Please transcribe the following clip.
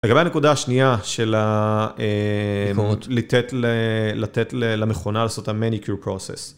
לגבי הנקודה השנייה של לתת למכונה לעשות ה-manicure process.